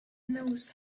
knows